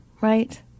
right